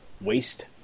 waste